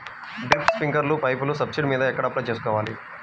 Drip, స్ప్రింకర్లు పైపులు subsidy మీద ఎక్కడ అప్లై చేసుకోవాలి?